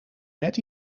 net